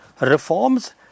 reforms